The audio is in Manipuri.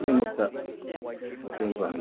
ꯈꯨꯗꯤꯡꯃꯛꯇ ꯃꯇꯦꯡ ꯄꯥꯡꯉꯤ